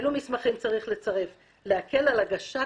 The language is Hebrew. אלו מסמכים לצרף להקל על הגשת